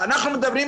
ואדרבא,